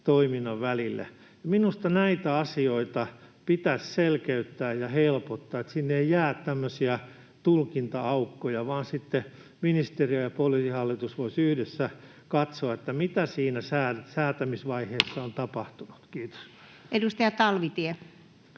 toiminnan välille. Minusta näitä asioita pitäisi selkeyttää ja helpottaa, että sinne ei jää tämmöisiä tulkinta-aukkoja, vaan sitten ministeriö ja Poliisihallitus voisivat yhdessä katsoa, mitä siinä säätämisvaiheessa on tapahtunut. — Kiitos. Edustaja Talvitie.